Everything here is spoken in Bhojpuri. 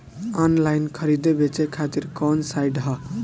आनलाइन खरीदे बेचे खातिर कवन साइड ह?